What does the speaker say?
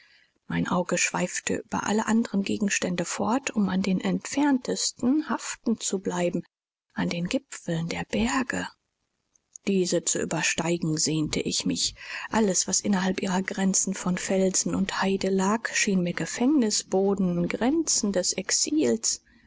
mein auge schweifte über alle anderen gegenstände fort um an den entferntesten haften zu bleiben an den gipfeln der berge diese zu übersteigen sehnte ich mich alles was innerhalb ihrer grenzen von felsen und haide lag schien mir gefängnisboden grenzen des exils